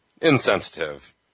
insensitive